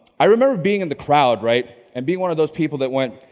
i remember being in the crowd right, and being one of those people that went,